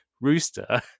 rooster